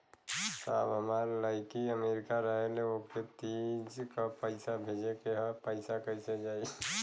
साहब हमार लईकी अमेरिका रहेले ओके तीज क पैसा भेजे के ह पैसा कईसे जाई?